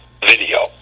video